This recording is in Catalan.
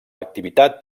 activitat